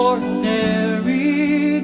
Ordinary